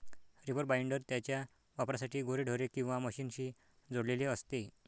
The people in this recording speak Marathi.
रीपर बाइंडर त्याच्या वापरासाठी गुरेढोरे किंवा मशीनशी जोडलेले असते